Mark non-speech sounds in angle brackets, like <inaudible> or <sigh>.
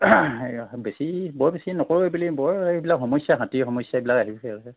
এইয়া বেছি বৰ বেছি নকৰোঁ এইবুলি বৰ এইবিলাক সমস্যা হাতীৰ সমস্যা এইবিলাক আহিছে <unintelligible>